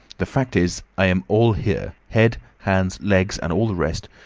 the fact is, i'm all here head, hands, legs, and all the rest